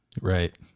right